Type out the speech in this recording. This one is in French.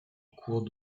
cours